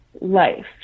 life